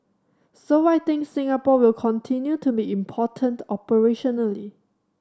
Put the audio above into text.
so I think Singapore will continue to be important operationally